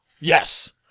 Yes